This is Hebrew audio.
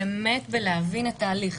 באמת בלהבין את ההליך.